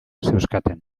zeuzkaten